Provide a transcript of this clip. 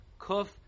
Kuf